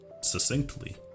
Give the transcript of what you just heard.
succinctly